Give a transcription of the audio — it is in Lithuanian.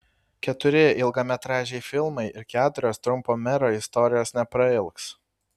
keturi ilgametražiai filmai ir keturios trumpo mero istorijos neprailgs